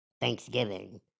Thanksgiving